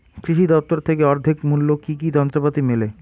কৃষি দফতর থেকে অর্ধেক মূল্য কি কি যন্ত্রপাতি মেলে?